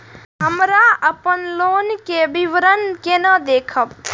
हमरा अपन लोन के विवरण केना देखब?